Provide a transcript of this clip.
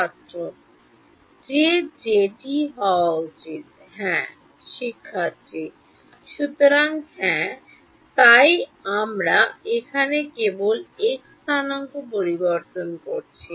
ছাত্র যে j টি হওয়া উচিত হ্যাঁ শিক্ষার্থী সুতরাং হ্যাঁ তাই আমরা এখানে কেবল x স্থানাঙ্ক পরিবর্তন করছি